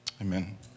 amen